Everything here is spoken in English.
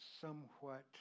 somewhat